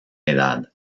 edad